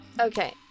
Okay